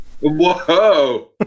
whoa